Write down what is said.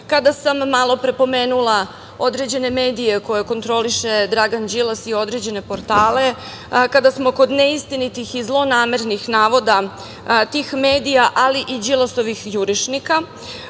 kada sam malopre pomenula određene medije koje kontroliše Dragan Đilas i određene portale, kada smo kod neistinitih i zlonamernih navoda tih medija, ali i Đilasovih jurišnika,